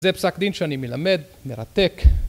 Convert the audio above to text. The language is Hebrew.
זה פסק דין שאני מלמד, מרתק.